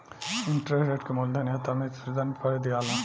interest rate के मूलधन या त मिश्रधन पर दियाला